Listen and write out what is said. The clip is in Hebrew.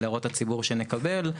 להערות הציבור שנקבל.